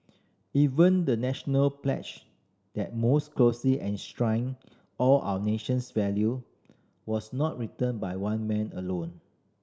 even the National pledge that most closely enshrine all our nation's value was not written by one man alone